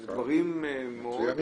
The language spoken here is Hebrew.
שאלה דברים מצוינים,